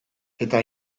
eta